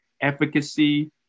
efficacy